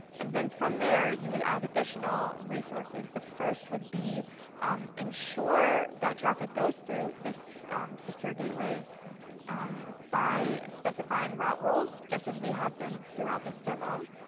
and then from there, you would add additional resources. the first would be ensure that traffic goes through this secure gateway by specifying route rules just as we have been throughout this demo.